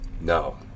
No